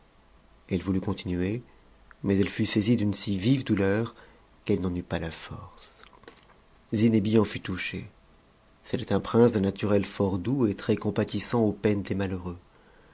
te voulut continuer mais eme fut saisie d'une si vive douleur qu'elle n'en eut pas la force zinebi en fut touché c'était un prince d'un naturel fort doux et trèscompatissant aux peines des malheureux